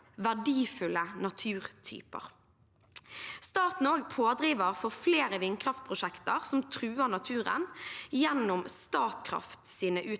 verdifulle naturtyper. Staten er også pådriver for flere vindkraftprosjekter som truer naturen, bl.a. gjennom Statkrafts utbygginger